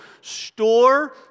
Store